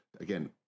again